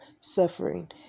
suffering